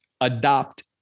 adopt